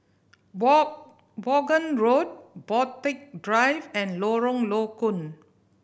Vaughan Road Borthwick Drive and Lorong Low Koon